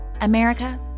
America